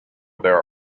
their